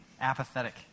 apathetic